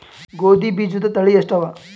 ಗೋಧಿ ಬೀಜುದ ತಳಿ ಎಷ್ಟವ?